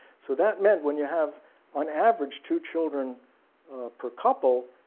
so that meant when you have on average two children per couple,